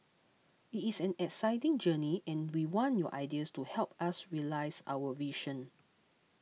it is an exciting journey and we want your ideas to help us realise our vision